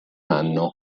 anno